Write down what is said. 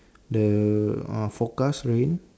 the uh forecast rain